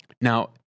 Now